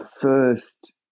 first